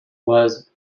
was